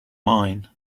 mine